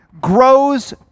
grows